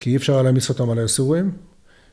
‫כי אי אפשר להם לצפותם ‫על היסורים.